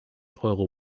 euro